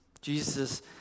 Jesus